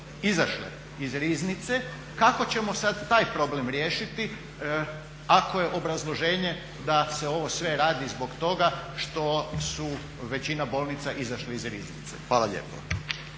izašle iz riznice, kako ćemo sad taj problem riješiti ako je obrazloženje da se ovo sve radi zbog toga što su većina bolnica izašle iz riznice. Hvala lijepo.